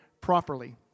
properly